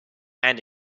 and